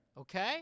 Okay